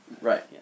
Right